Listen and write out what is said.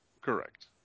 Correct